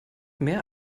mehr